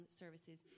services